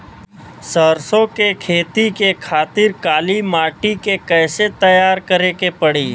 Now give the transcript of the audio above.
सरसो के खेती के खातिर काली माटी के कैसे तैयार करे के पड़ी?